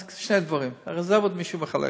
אז שני דברים, את הרזרבות מישהו מחלק.